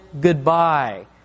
goodbye